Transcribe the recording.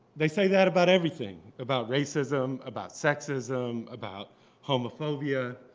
they say that about everything about racism, about sexism, about homophobia.